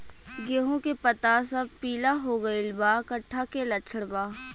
गेहूं के पता सब पीला हो गइल बा कट्ठा के लक्षण बा?